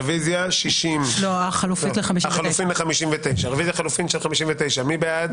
רביזיה על 47. מי בעד?